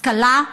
השכלה,